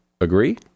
agree